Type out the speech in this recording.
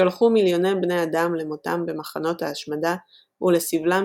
שלחו מיליוני בני אדם למותם במחנות ההשמדה ולסבלם